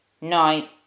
night